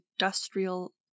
Industrial